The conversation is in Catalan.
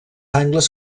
angles